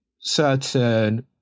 certain